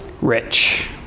rich